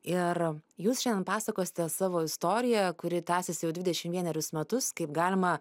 ir jūs šiandien pasakosite savo istoriją kuri tęsiasi jau dvidešim vienerius metus kaip galima